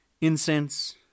Incense